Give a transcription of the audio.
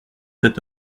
cet